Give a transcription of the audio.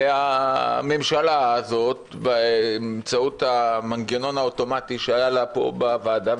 והממשלה הזאת באמצעות המנגנון האוטומטי שהיה לה פה בוועדה,